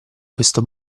questo